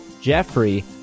Jeffrey